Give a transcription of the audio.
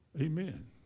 Amen